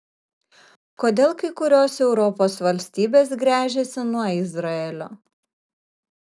kodėl kai kurios europos valstybės gręžiasi nuo izraelio